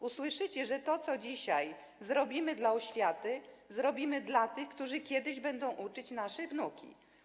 Usłyszycie, że to, co dzisiaj zrobimy dla oświaty, zrobimy dla tych, którzy kiedyś będą uczyć nasze wnuki.